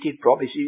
promises